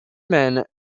men